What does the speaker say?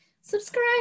Subscribe